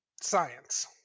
Science